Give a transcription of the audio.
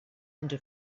into